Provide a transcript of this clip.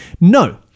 No